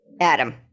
Adam